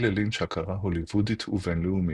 ללינץ' הכרה הוליוודית ובינלאומית.